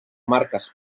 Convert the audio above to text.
marques